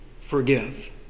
forgive